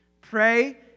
Pray